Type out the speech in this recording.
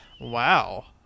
Wow